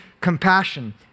compassion